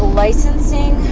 licensing